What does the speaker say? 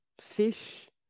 fish